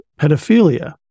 pedophilia